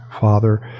Father